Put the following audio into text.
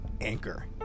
Anchor